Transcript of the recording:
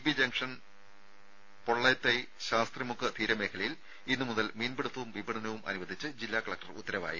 B junction Pollethai Sasthrimukku തീരമേഖലയിൽ ഇന്നുമുതൽ മീൻപിടുത്തവും വിപണനവും അനുവദിച്ച് ജില്ലാ കലക്ടർ ഉത്തരവായി